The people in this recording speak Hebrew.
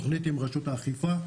תוכנית עם רשות האכיפה,